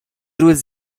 روز